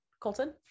Colton